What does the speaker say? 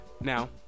now